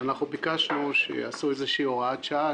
ביקשנו שיעשו איזו שהיא הוראת שעה,